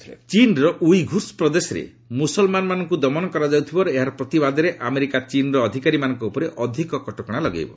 US China visa ଚୀନ୍ର Uighurs ପ୍ରଦେଶରେ ମୁସଲମାନମାନଙ୍କୁ ଦମନ କରାଯାଉଥିବାରୁ ଏହାର ପ୍ରତିବାଦରେ ଆମେରିକା ଚୀନ୍ର ଅଧିକାରୀମାନଙ୍କ ଉପରେ ଅଧିକ କଟକଣା ଲଗାଇବ